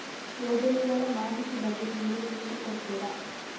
ಯೋಜನೆಗಳ ಮಾಹಿತಿ ಬಗ್ಗೆ ನನಗೆ ತಿಳಿಸಿ ಕೊಡ್ತೇರಾ?